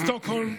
בשטוקהולם,